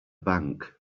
bank